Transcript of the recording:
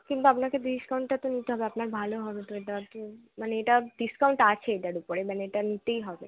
কিন্তু আপনাকে ডিসকাউন্টটা তো নিতে হবে আপনার ভালো হবে তো এটা আর কী মানে এটা ডিসকাউন্ট আছে এটার উপরে মানে এটা নিতেই হবে